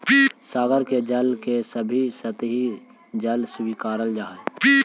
सागर के जल के भी सतही जल स्वीकारल जा हई